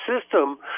system